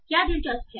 क्या दिलचस्प है